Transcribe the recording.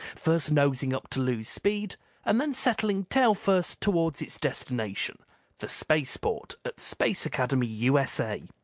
first nosing up to lose speed and then settling tailfirst toward its destination the spaceport at space academy, u s a.